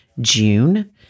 June